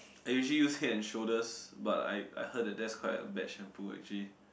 I usually use head and shoulders but I I heard that that's quite a bad shampoo actually